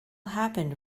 happened